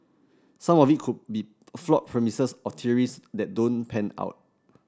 some of it could be flawed premises or theories that don't pan out